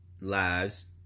Lives